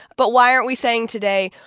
but why aren't we saying today,